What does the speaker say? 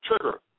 trigger